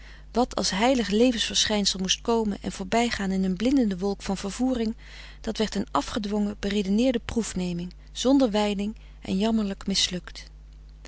wat als heilig levens verschijnsel moet komen en voorbijgaan in een blindende wolk van vervoering dat werd een afgedwongen beredeneerde proefneming zonder wijding en jammerlijk mislukt